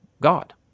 God